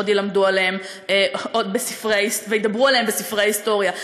עוד ילמדו עליהם וידברו עליהם בספרי ההיסטוריה,